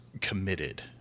committed